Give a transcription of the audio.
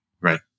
Right